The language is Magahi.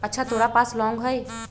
अच्छा तोरा पास लौंग हई?